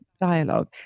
dialogue